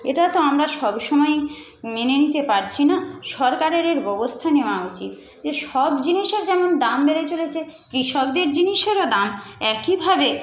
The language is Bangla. এটা তো আমরা সবসময়ই মেনে নিতে পারছি না সরকারের এর ব্যবস্থা নেওয়া উচিত যে সব জিনিসের যেমন দাম বেড়ে চলেছে কৃষকদের জিনিসেরও দাম একইভাবে